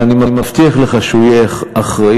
אני מבטיח לך שהוא יהיה אחראי,